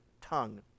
tongue